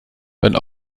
werden